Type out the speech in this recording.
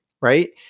right